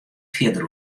fierder